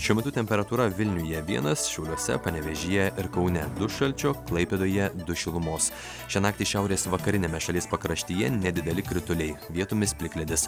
šiuo metu temperatūra vilniuje vienas šiauliuose panevėžyje ir kaune du šalčio klaipėdoje du šilumos šią naktį šiaurės vakariniame šalies pakraštyje nedideli krituliai vietomis plikledis